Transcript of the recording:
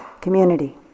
community